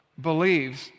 believes